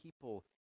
people